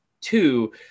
two